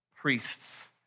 priests